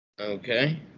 Okay